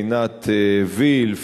עינת וילף,